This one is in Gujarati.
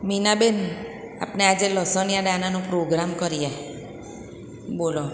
મીના બેન આપણે આજે લસણીયા દાનાનો પ્રોગ્રામ કરીએ બોલો